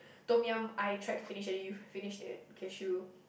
Tom-Yum I tried to finish it and then you finished the cashew